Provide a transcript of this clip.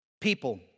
people